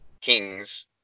kings